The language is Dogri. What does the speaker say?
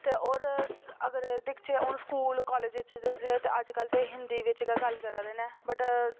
ते होर अगर दिक्खचै हून स्कूल कॉलेज च दिक्खचै ते अज्जकल ते हिंदी बिच गै गल्ल करा दे न वट्